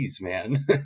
man